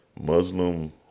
Muslim